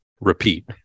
repeat